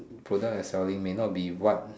product you're selling may not be what